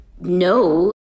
no